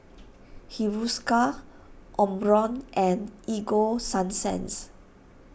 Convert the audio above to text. Hiruscar Omron and Ego Sunsense